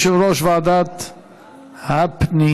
יושב-ראש ועדת הפנים.